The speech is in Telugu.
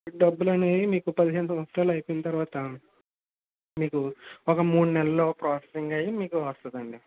డబ్బులనేయి మీకు పదిహేను సంవత్సరాలు అయిపోయిన తర్వాత మీకు ఒక మూడు నెల్లో ప్రోసెసింగ్ అయ్యి మీకు వస్తుందండి